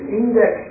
index